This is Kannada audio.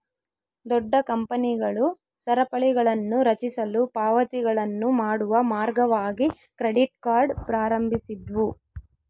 ದೊಡ್ಡ ಕಂಪನಿಗಳು ಸರಪಳಿಗಳನ್ನುರಚಿಸಲು ಪಾವತಿಗಳನ್ನು ಮಾಡುವ ಮಾರ್ಗವಾಗಿ ಕ್ರೆಡಿಟ್ ಕಾರ್ಡ್ ಪ್ರಾರಂಭಿಸಿದ್ವು